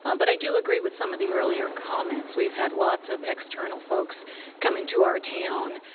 um but i do agree with some of the earlier comments. we've had lots of external folks coming to our town,